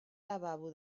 lavabo